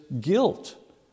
guilt